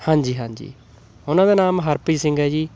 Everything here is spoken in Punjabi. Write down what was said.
ਹਾਂਜੀ ਹਾਂਜੀ ਉਹਨਾਂ ਦਾ ਨਾਮ ਹਰਪ੍ਰੀਤ ਸਿੰਘ ਹੈ ਜੀ